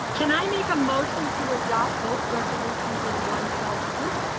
can i make a motion to adopt both resolutions in one fell swoop?